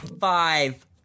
Five